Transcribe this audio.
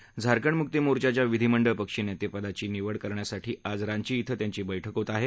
दरम्यान झारखंड मुक्ती मोर्चाच्या विधीमंडळ पक्षनेत्याची निवड करण्यासाठी आज रांची इथं त्यांची बैठक होत आहे